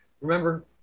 remember